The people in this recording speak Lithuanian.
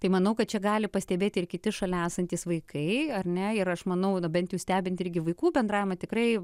tai manau kad čia gali pastebėti ir kiti šalia esantys vaikai ar ne ir aš manau na bent jau stebint irgi vaikų bendravimą tikrai